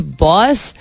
boss